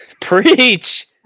Preach